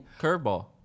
Curveball